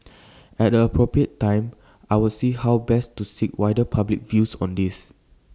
at the appropriate time I will see how best to seek wider public views on this